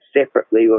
separately